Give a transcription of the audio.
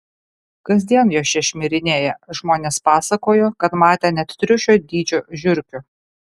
kasdien jos čia šmirinėja žmonės pasakojo kad matę net triušio dydžio žiurkių